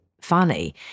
funny